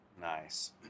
Nice